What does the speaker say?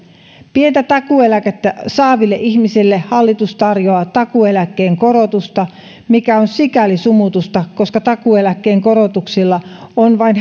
pientä takuueläkettä saaville ihmisille hallitus tarjoaa takuueläkkeen korotusta mikä on sikäli sumutusta koska takuueläkkeen korotuksilla on vain